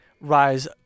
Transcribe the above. rise